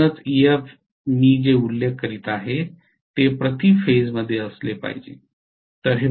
म्हणूनच Ef मी जे उल्लेख करीत आहे ते प्रति फेजमध्ये असले पाहिजे